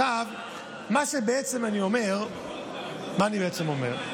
מה אני בעצם אומר?